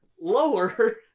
lower